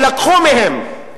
שלקחו מהם,